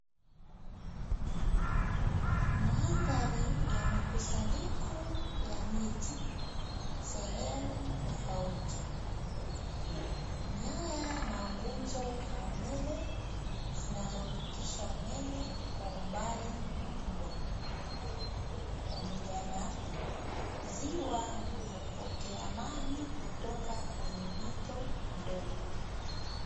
Mandhari ya mikusanyiko ya miti sehemu tofauti. Nyaya na nguzo za umeme zinazopitisha umeme, wa umbali mkubwa. Pamoja na ziwa linalopokea maji, kutoka kwenye mito midogo.